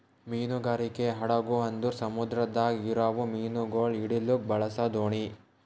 ಮೀನುಗಾರಿಕೆ ಹಡಗು ಅಂದುರ್ ಸಮುದ್ರದಾಗ್ ಇರವು ಮೀನುಗೊಳ್ ಹಿಡಿಲುಕ್ ಬಳಸ ದೋಣಿ